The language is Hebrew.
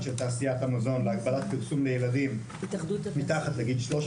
של תעשיית המזון להגבלת פרסום לילדים מתחת לגיל 13